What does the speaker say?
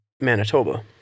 Manitoba